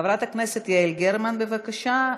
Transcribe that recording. חברת הכנסת יעל גרמן, בבקשה.